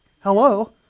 hello